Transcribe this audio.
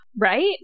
Right